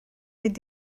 fynd